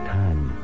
time